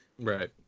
right